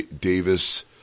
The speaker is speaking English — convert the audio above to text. Davis